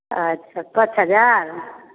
अच्छा पाँच हजार